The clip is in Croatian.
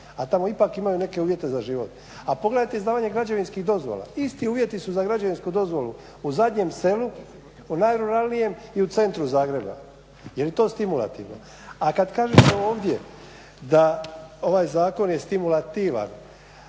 a tamo ipak imaju neke uvjete za život. A pogledajte izdavanje građevinskih dozvola, isti uvjeti su za građevinsku dozvolu u zadnjem selu, u najruralnijem i u centru Zagreba. Je li to stimulativno? A kad kažemo ovdje da ovaj zakon je stimulativan,